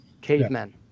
Cavemen